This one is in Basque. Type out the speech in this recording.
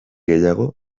gehiago